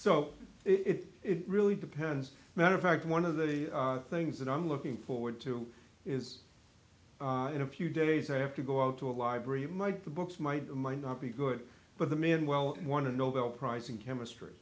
so it really depends matter of fact one of the things that i'm looking forward to is in a few days i have to go out to a library might the books might or might not be good but the man well one a nobel prize in chemistry